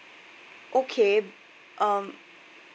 okay um